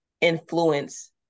influence